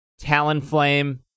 Talonflame